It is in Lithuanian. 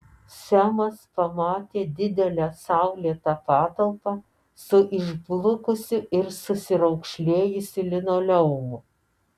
semas pamatė didelę saulėtą patalpą su išblukusiu ir susiraukšlėjusiu linoleumu